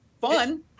Fun